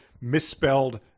misspelled